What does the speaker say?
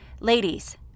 Ladies